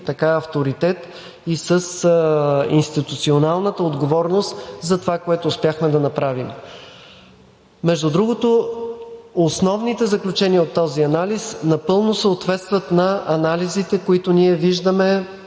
си авторитет и с институционалната отговорност зад това, което успяхме да направим. Между другото, основните заключения от този анализ напълно съответстват на анализите, които ние виждаме